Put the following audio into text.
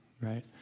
right